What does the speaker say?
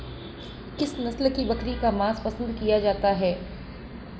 किस नस्ल की बकरी का मांस पसंद किया जाता है?